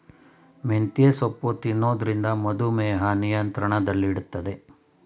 ಮೆಂತ್ಯೆ ಸೊಪ್ಪು ತಿನ್ನೊದ್ರಿಂದ ಮಧುಮೇಹ ನಿಯಂತ್ರಣದಲ್ಲಿಡ್ತದೆ